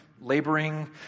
laboring